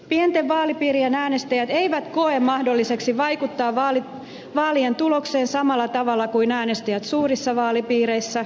pienten vaalipiirien äänestäjät eivät koe mahdollisuutta vaikuttaa vaalien tulokseen samalla tavalla kuin äänestäjät suurissa vaalipiireissä